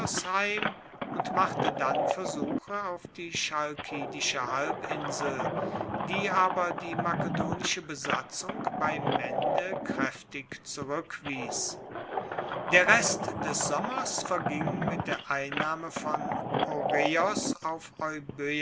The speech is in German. heim und machte dann versuche auf die chalkidische halbinsel die aber die makedonische besatzung bei mende kraeftig zurueckwies der rest des sommers verging mit der einnahme von oreos auf